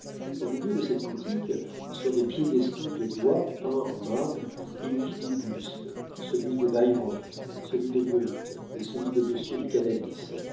au milieu de cette boutique sur des piédestaux de bois peint en marbre il vit des bustes celui de byron celui de gœthe et celui de monsieur de canalis